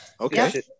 okay